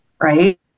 Right